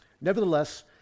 Nevertheless